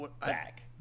back